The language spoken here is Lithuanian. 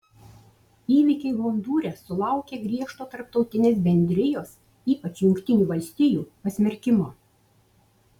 įvykiai hondūre sulaukė griežto tarptautinės bendrijos ypač jungtinių valstijų pasmerkimo